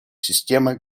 системы